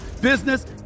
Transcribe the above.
business